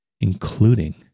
including